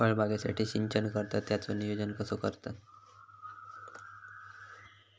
फळबागेसाठी सिंचन करतत त्याचो नियोजन कसो करतत?